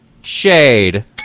Shade